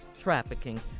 trafficking